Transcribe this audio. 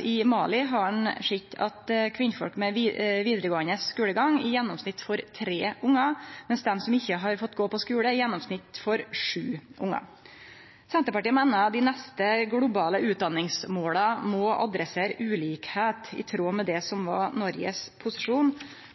i Mali har ein sett at kvinner med vidaregåande skulegang i gjennomsnitt får tre ungar, mens dei som ikkje har fått gå på skule, i gjennomsnitt får sju ungar. Senterpartiet meiner dei neste globale utdanningsmåla må adresserast med omsyn til ulikskap og vere i tråd med det som var Noregs posisjon